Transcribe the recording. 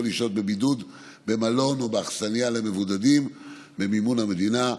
לשהות בבידוד במלון או באכסניה למבודדים במימון המדינה.